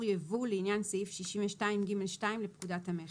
ייבוא לעניין סעיף 62(ג)(2) לפקודת המכס.